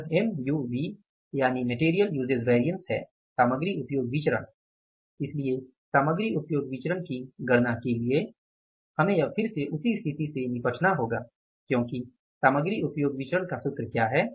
यह एमयूवी है सामग्री उपयोग विचरण यह एमयूवी है इसलिए सामग्री उपयोग विचरण की गणना के लिए हमें अब फिर से उसी स्थिति से निपटना होगा क्योंकि सामग्री उपयोग विचरण का सूत्र क्या है